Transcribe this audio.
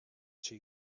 she